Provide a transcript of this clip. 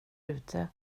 ute